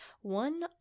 One